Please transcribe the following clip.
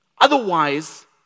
Otherwise